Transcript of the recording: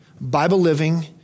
Bible-living